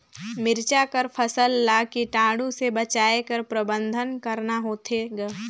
मिरचा कर फसल ला कीटाणु से बचाय कर प्रबंधन कतना होथे ग?